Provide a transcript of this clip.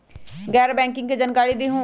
गैर बैंकिंग के जानकारी दिहूँ?